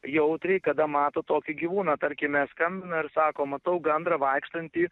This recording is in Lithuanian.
jautriai kada mato tokį gyvūną tarkime skambina ir sako matau gandrą vaikštantį